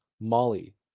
Molly